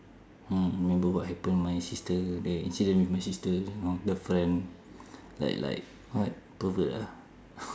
mm I remember what happen my sister the incident with my sister you know the friend like like what pervert ah